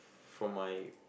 from my